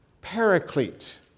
Paraclete